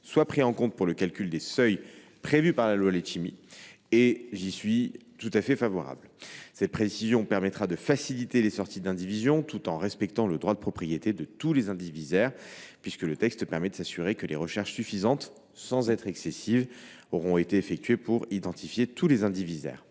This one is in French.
soient pris en compte pour le calcul des seuils prévus par la loi Letchimy. J’y suis tout à fait favorable, car cette précision permettra de faciliter les sorties d’indivision tout en respectant le droit de propriété de tous les indivisaires, puisque la rédaction proposée permet de s’assurer que des recherches suffisantes, sans être excessives, auront été effectuées pour identifier tous les indivisaires.